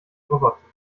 roboter